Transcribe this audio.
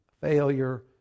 failure